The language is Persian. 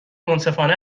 منصفانه